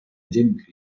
отдельных